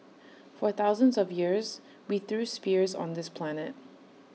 for thousands of years we threw spears on this planet